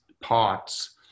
parts